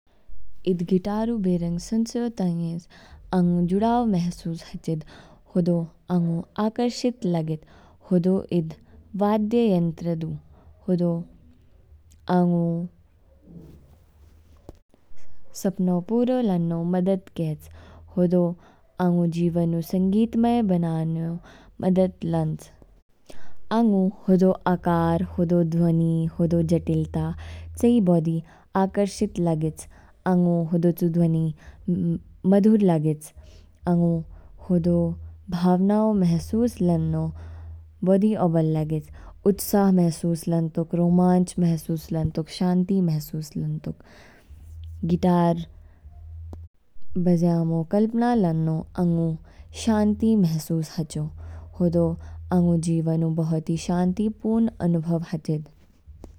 Eid guitar ऊ बेरंग सुनचयो ताइएस आंगु जुडाव महसूस हाचिद, हदौ आंगु आकर्षित लागेच, हदौ ईद वाद्य यंत्र दु। हदौ आंगु, सपन्नौ पूरा लान्नौ मदद कैच। हदौ आंगु जीवन ऊ संगीतमय बनयैमो मदद लानच। आंगु हदौ आकार, हदौ ध्वनि, हदौ जटिलता, चेई बौधि आकर्षित लागेच। आंगु हदौचु ध्वनि मधुर लागेच, आंगु हदौ भावना महसूस लान्नौ बौधि औबल लागेच। उत्साह महसूस लानतौक, रोमांच महसूस लानतौक, शांति महसूस लानतौक। गिटार बजयैमो, कल्पना लान्नौ आंगु शांति महसूस हाचौ। हदौ आंगु जीवनु बहुत ही शांतिपूर्ण अनुभव हाचिद।